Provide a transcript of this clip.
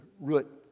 root